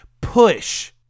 push